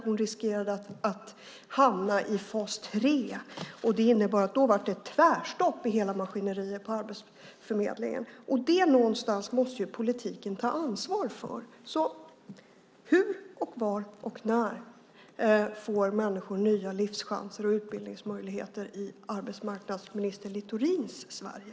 Hon riskerade nämligen att hamna i fas 3, och då var det tvärstopp i hela maskineriet på Arbetsförmedlingen. Det måste ju politiken någonstans ta ansvar för. Hur och var och när får människor nya livschanser och utbildningsmöjligheter i arbetsmarknadsminister Littorins Sverige?